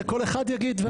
זה כל אחד יגיד.